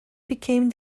became